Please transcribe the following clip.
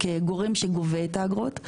כגורם שגובה את האגרות.